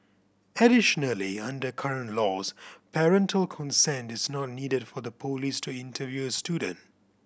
additionally under current laws parental consent is not needed for the police to interview student